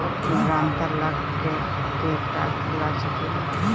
ग्रांतर ला केकरा के ला सकी ले?